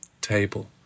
table